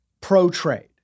pro-trade